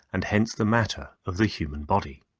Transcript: and hence the matter of the human body.